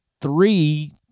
three